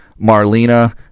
Marlena